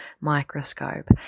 microscope